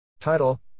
Title